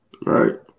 right